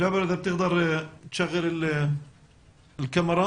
ג'אבר, אתה שומע אותנו?